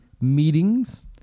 meetings